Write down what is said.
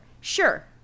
sure